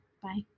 Bye